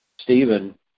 Stephen